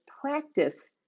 practice